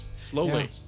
Slowly